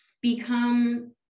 become